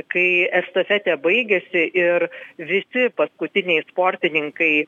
kai estafetė baigėsi ir visi paskutiniai sportininkai